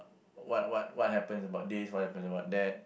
what what what happens about this what happens about that